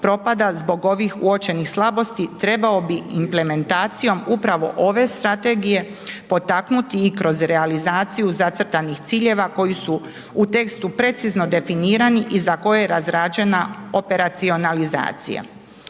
zbog ovih uočenih slabosti trebao bi implementacijom upravo ove strategije potaknuti i kroz realizaciju zacrtanih ciljeva koji su u tekstu precizno definirani i za koje je razrađena operacionalizacija.